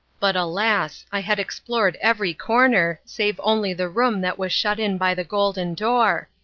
but alas! i had explored every corner, save only the room that was shut in by the golden door,